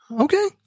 okay